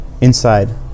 Inside